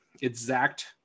exact